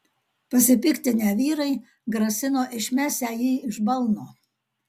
pasipiktinę vyrai grasino išmesią jį iš balno